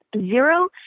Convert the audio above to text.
zero